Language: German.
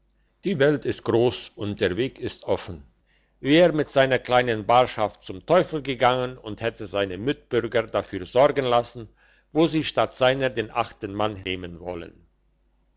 die welt ist gross und der weg ist offen wär mit seiner kleinen barschaft zum teufel gangen und hätte seine mitbürger dafür sorgen lassen wo sie statt seiner den achten mann nehmen wollten